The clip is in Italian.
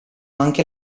anche